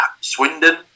Swindon